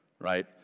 right